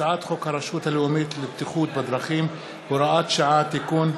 הצעת חוק הרשות הלאומית לבטיחות בדרכים (הוראת שעה) (תיקון),